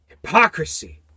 Hypocrisy